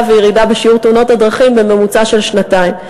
וירידה בשיעור תאונות הדרכים בממוצע של שנתיים.